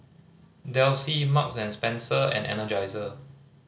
Delsey Marks and Spencer and Energizer